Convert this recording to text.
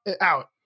Out